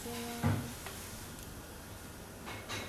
!wah! 有一点小 hard leh 你这个